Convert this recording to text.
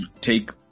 take